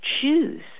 choose